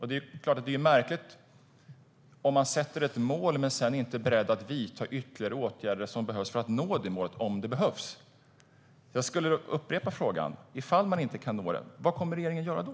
Det är klart att det vore märkligt att sätta upp ett mål och sedan inte vara beredd att vidta ytterligare åtgärder för att nå det målet om det behövs. Därför vill jag upprepa frågan: Om man inte kan nå målet, vad kommer regeringen att göra då?